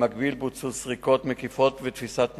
במקביל בוצעו סריקות מקיפות ותפיסת מוצגים,